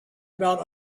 about